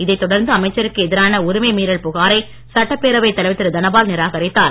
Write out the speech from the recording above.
இதைத் தொடர்ந்து அமைச்சருக்கு எதிரான உரிமை மீறல் புகாரை சட்டப் பேரவை தலைவர் திரு தனபால் நிராகரித்தார்